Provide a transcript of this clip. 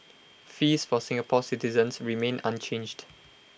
fees for Singapore citizens remain unchanged